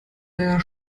der